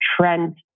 trend